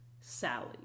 Sally